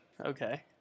Okay